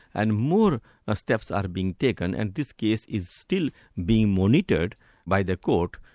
and more ah steps are being taken and this case is still being monitored by the court,